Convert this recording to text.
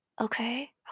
okay